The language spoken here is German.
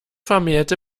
vermählte